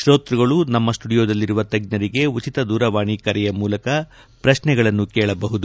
ಶೋತೃಗಳು ನಮ್ಮ ಸ್ವುಡಿಯೋದಲ್ಲಿರುವ ತಜ್ಞರಿಗೆ ಉಚಿತ ದೂರವಾಣಿ ಕರೆಯ ಮೂಲಕ ಪ್ರಶ್ನೆಗಳನ್ನು ಕೇಳ ಬಹುದು